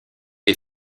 est